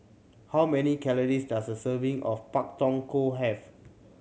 how many calories does a serving of Pak Thong Ko have